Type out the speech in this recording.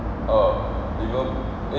oh liver eh